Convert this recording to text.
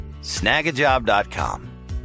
snagajob.com